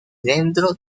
dentro